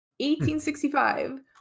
1865